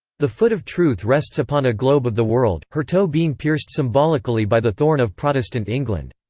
the foot of truth rests upon a globe of the world, her toe being pierced symbolically by the thorn of protestant england.